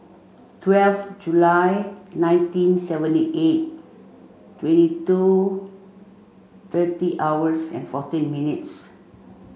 twelve July nineteen seventy eight twenty two thirty hours and fourteen minutes